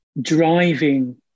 driving